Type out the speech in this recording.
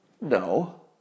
No